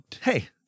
Hey